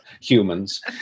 humans